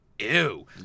ew